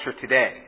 today